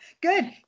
Good